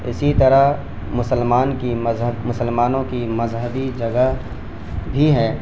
اسی طرح مسلمان کی مذہب مسلمانوں کی مذہبی جگہ بھی ہے